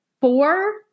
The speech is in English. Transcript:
four